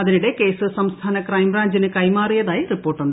അതിനിടെ കേസ് സംസ്ഥാന ക്രൈംബ്രാഞ്ചിന് കൈമാറിയതായി റിപ്പോർട്ടുണ്ട്